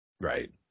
Right